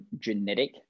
genetic